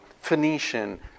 Phoenician